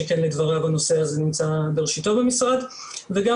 שכן לדבריו הנושא הזה נמצא בראשיתו במשרד וגם